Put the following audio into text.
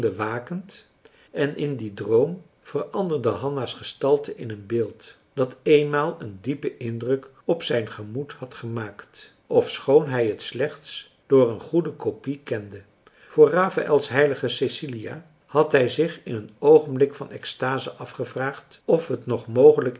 wakend en in dien droom veranderde hanna's gestalte in een beeld dat eenmaal een diepen indruk op zijn gemoed had gemaakt ofschoon hij t slechts door een goede kopie kende voor rafaël's heilige cecilia had hij zich in een oogenblik van exstase afgevraagd of t nog mogelijk